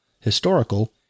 historical